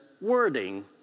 wording